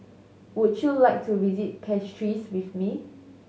would you like to visit Castries with me